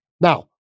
Now